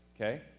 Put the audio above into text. Okay